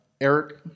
Eric